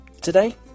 Today